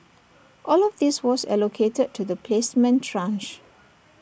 all of this was allocated to the placement tranche